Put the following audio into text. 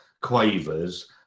quavers